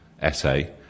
essay